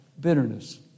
bitterness